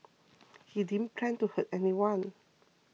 he plan to hurt anyone